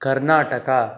Karnataka